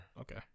Okay